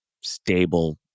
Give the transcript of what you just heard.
stable